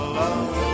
love